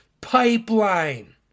pipeline